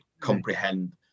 comprehend